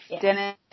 Dennis